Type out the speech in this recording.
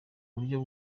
buryo